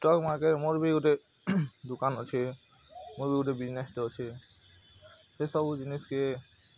stock ମାର୍କେଟ୍ରେ ମୋର ବି ଗୁଟେ ଦୁକାନ୍ ଅଛି ମୋର ବି ଗୁଟେ ବିଜନେସ୍ ଟେ ଅଛି ସେ ସବୁ ଜିନିଷ୍ କେ